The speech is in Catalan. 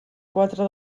quatre